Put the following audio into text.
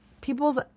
people's